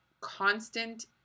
constant